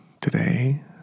today